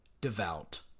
devout